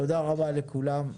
תודה רבה לכולם.